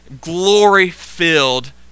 glory-filled